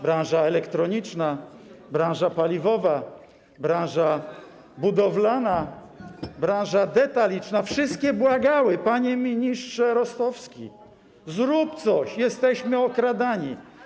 Branża elektroniczna, branża paliwowa, branża budowlana, branża detaliczna - wszystkie błagały: panie ministrze Rostowski, zrób coś, jesteśmy okradani.